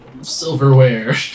silverware